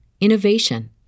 innovation